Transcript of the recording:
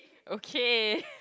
okay